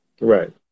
Right